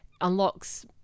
unlocks